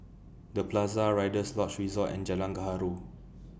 The Plaza Rider's Lodge Resort and Jalan Gaharu